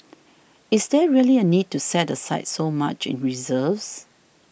is there really a need to set aside so much in reserves